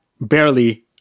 barely